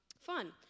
fun